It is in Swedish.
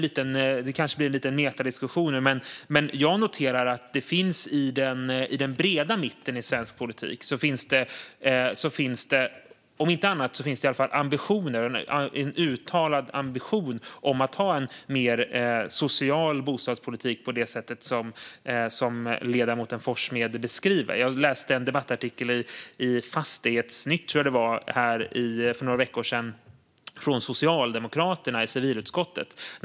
Det här kanske blir en metadiskussion, men jag noterar att det i den breda mitten i svensk politik finns, om inte annat, en uttalad ambition om att ha en mer social bostadspolitik på det sätt som ledamoten Forssmed beskriver. Jag läste en debattartikel i Fastighetstidningen för några veckor sedan, skriven av socialdemokraterna i civilutskottet.